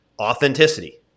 authenticity